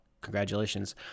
congratulations